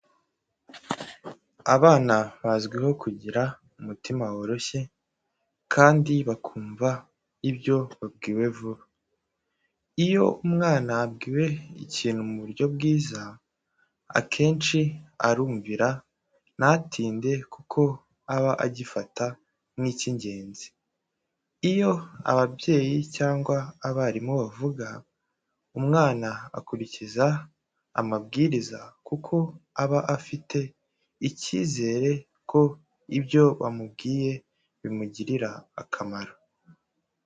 Abana bazwiho kugira umutima woroshye kandi bakumva ibyo babwiwe vuba. Iyo umwana abwiwe ikintu mu buryo bwiza, akenshi arumvira ntatinde kuko aba agifata nk’icy’ingenzi. Iyo ababyeyi cyangwa abarimu bavuga, umwana akurikiza amabwiriza kuko aba afite icyizere ko ibyo bamubwiye bimugirira akamaro.